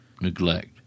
Neglect